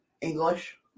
English